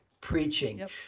preaching